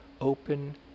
open